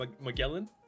Magellan